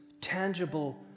tangible